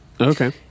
Okay